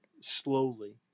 slowly